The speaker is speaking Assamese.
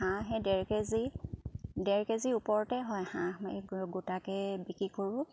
হাঁহে ডেৰ কেজি ডেৰ কেজি ওপৰতে হয় হাঁহ গোটাকৈ বিক্ৰী কৰোঁ